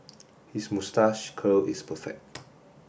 his moustache curl is perfect